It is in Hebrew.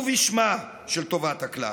ובשמה של טובת הכלל.